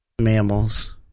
mammals